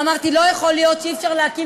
ואמרתי: לא יכול להיות שאי-אפשר להקים